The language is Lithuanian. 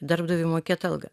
darbdaviui mokėt algą